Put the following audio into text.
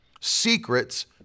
secrets